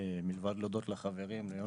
מלבד להודות לחברים, ליונתן,